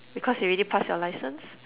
because you already passed your license